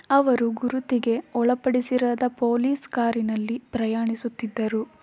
ಅವರು ಗುರುತಿಗೆ ಒಳಪಡಿಸಿರದ ಪೊಲೀಸ್ ಕಾರಿನಲ್ಲಿ ಪ್ರಯಾಣಿಸುತ್ತಿದ್ದರು